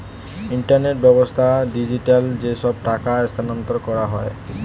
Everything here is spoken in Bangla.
ইন্টারনেট ব্যাবস্থায় ডিজিটালি যেসব টাকা স্থানান্তর করা হয়